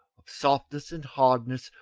of softness and hardness,